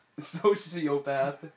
sociopath